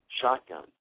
shotgun